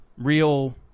real